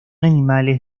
animales